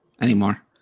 anymore